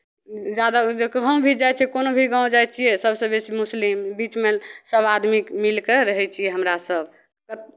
ज्यादा ओहिबेर कहूँ भी जाइ छै कोनो भी गाँव जाइ छियै सभसँ बेसी मुस्लिम बीचमे सभ आदमी मिलि कऽ रहै छियै हमरासभ